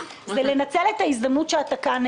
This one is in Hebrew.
לנצל את ההזדמנות שאתה כאן,